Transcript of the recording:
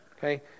Okay